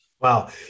Wow